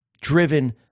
driven